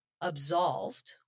absolved